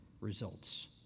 results